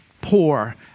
poor